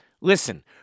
Listen